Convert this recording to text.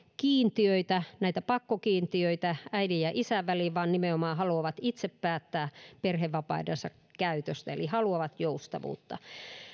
kiintiöitä näitä pakkokiintiöitä äidin ja isän väliin vaan nimenomaan haluavat itse päättää perhevapaidensa käytöstä eli haluavat joustavuutta